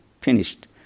Finished